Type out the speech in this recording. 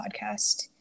podcast